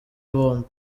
bombi